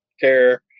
care